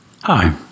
Hi